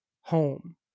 home